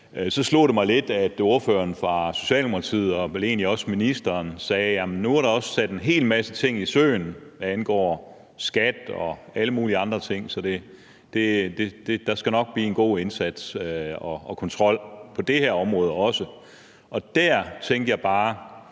Så slog det mig lidt, at ordføreren for Socialdemokratiet og vel egentlig også ministeren sagde, at nu er der også sat en hel masse ting i søen, hvad angår skat og alle mulige andre ting, så der skal nok blive en god indsats og kontrol på det her område også. Der tænkte jeg bare,